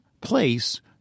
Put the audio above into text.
place